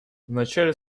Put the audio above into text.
вначале